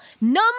number